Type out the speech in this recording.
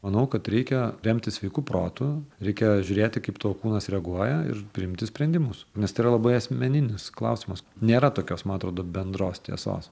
manau kad reikia remtis sveiku protu reikia žiūrėti kaip tavo kūnas reaguoja ir priimti sprendimus nes tai yra labai asmeninis klausimas nėra tokios man atrodo bendros tiesos